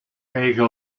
eigen